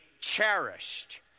cherished